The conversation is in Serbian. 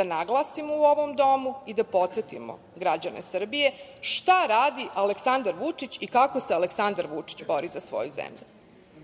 da naglasim u ovom domu i podsetimo građane Srbije šta radi Aleksandar Vučić i kako se Aleksandar Vučić bori za svoju zemlju. Takođe,